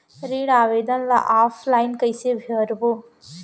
ऋण आवेदन ल ऑफलाइन कइसे भरबो?